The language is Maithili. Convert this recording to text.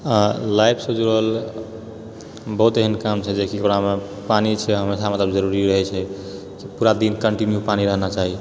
लाइफसँ जुड़ल बहुत एहन काम छै जेकि ओकरामे पानि छै हमेशा मतलब जरुरी रहै छै पूरा दिन कंटिन्यू पानि रहना चाही